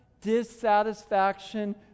dissatisfaction